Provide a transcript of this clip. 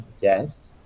yes